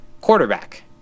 quarterback